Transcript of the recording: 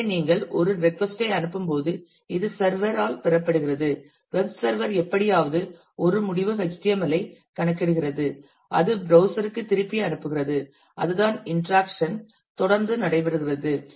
எனவே நீங்கள் ஒரு ரெட்கொஸ்ட் ஐ அனுப்பும்போது இது சர்வர் ஆல் பெறப்படுகிறது வெப் சர்வர் எப்படியாவது ஒரு முடிவு HTML ஐ கணக்கிடுகிறது அது ப்ரௌஸ்சர் க்கு திருப்பி அனுப்புகிறது அதுதான் இன்டராக்சன் தொடர்ந்து நடைபெறுகிறது